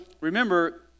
remember